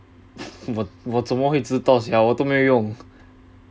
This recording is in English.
我我怎么会知道什么 sia 我都没有用